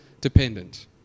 dependent